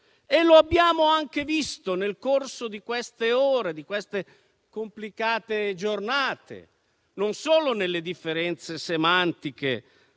come abbiamo anche visto nel corso delle ultime ore e di queste complicate giornate, non solo nelle differenze semantiche